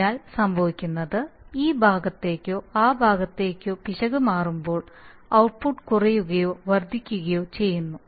അതിനാൽ സംഭവിക്കുന്നത് ഈ ഭാഗത്തേക്കോ ആ ഭാഗത്തേക്കോ പിശക് മാറുമ്പോൾ ഔട്ട്പുട്ട് കുറയുകയോ വർദ്ധിക്കുകയോ ചെയ്യുന്നു